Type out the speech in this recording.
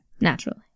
Naturally